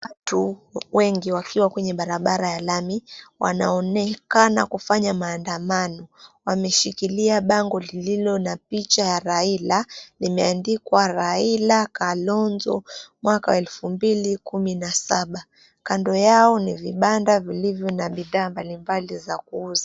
Watu wengi wakiwa kwenye barabara ya lami wanaonekana kufanya maandamano. Wameshikilia bango lililo na picha ya Raila, limeandikwa Raila, Kalonzo 2007. Kando ya ni vibanda vilivyo na bidhaa mbalimbali za kuuza.